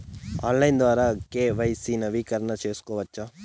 Online ద్వారా KYC నవీకరణ సేసుకోవచ్చా?